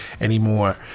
...anymore